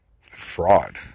fraud